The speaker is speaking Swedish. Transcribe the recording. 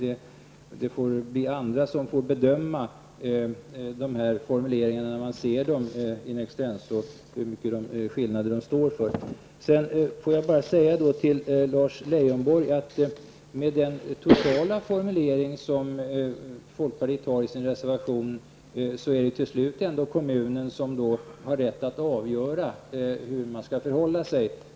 Andra får väl bedöma vilka skillnader det finns i formuleringarna när de får se dem in extenso. Till Lars Leijonborg vill jag säga att med den totala formuleringen i folkpartiets reservation blir det till slut ändå kommunen som har rätt att avgöra hur man skall förhålla sig.